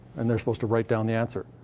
and they're supposed to write down the answer.